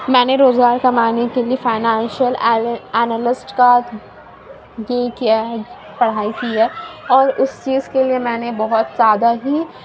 میں نے روزگار کمانے کے لیے فائنینشیل انالسٹ کا یہ کیا ہے پڑھائی کی ہے اور اُس چیز کے لیے میں نے بہت زیادہ ہی